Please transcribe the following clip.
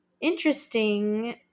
Interesting